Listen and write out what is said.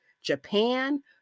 Japan